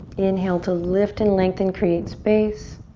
inhale to lift and lengthen, create space.